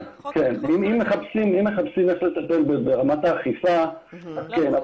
אם מחפשים איך לטפל בזה ברמת האכיפה, כן.